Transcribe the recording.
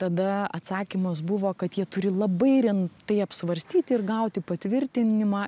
tada atsakymas buvo kad jie turi labai rimtai apsvarstyti ir gauti patvirtinimą